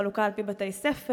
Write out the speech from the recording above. בחלוקה על-פי בתי-ספר,